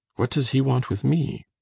what does he want with me?